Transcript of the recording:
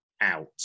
out